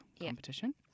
competition